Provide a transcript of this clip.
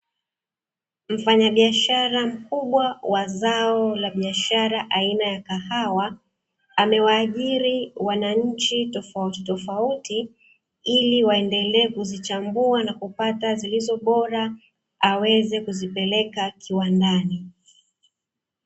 Mfanyabiashara mkubwa wa zao la biashara aina ya kahawa, amewaajiri wananchi tofautitofauti ili waendelee kuzichambua na kupata zilizo bora aweze kuzipeleka kiwandani.